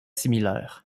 similaires